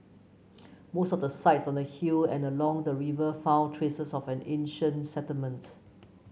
most of the sites on the hill and along the river found traces of an ancient settlement